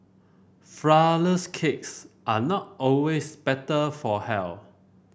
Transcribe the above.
flourless cakes are not always better for health